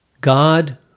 God